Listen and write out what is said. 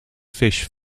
fish